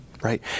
right